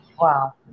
Wow